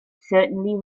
certainly